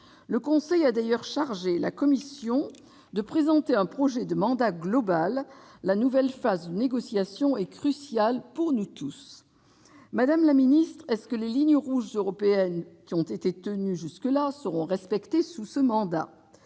Le Conseil a d'ailleurs chargé la Commission européenne de présenter un projet de mandat global. La nouvelle phase de négociations est cruciale pour nous tous. Madame la secrétaire d'État, les lignes rouges européennes, qui ont été tenues jusque-là, seront-elles respectées sous ce mandat ?